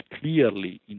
clearly